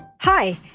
Hi